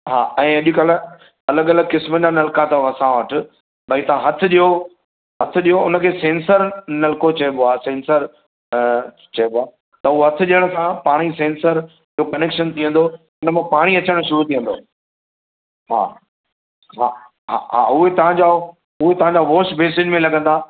हा ऐं अॼुकल्ह अलॻि अलॻि क़िस्मनि जा नलका तव असां वटि भई तां हथु ॾियो हथु ॾियो उनखे सेंसर नलको चइबो आ सेंसर अ चइबो आ त उहो हथु ॾियणु सां पाण ई सेंसर कनेक्शन थी वेंदो उनमें पाणी अचणु शुरू थी वेंदो हा हा हा हा उहो तांजा तांजा वाशबेसिन में लॻंदा